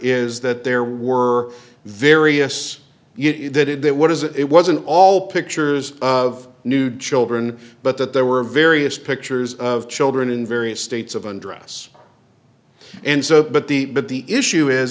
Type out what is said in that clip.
is that there were various you did it what is it wasn't all pictures of nude children but that there were various pictures of children in various states of undress and so but the but the issue is